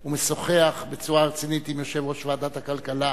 ומשוחח בצורה רצינית עם יושב-ראש ועדת הכלכלה.